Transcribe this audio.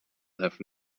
have